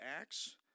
Acts